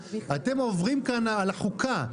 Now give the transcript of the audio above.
אתם עוברים כאן על החוקה,